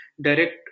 direct